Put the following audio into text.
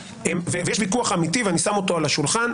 ויש ויכוח אמיתי ואני שם אותו על השולחן.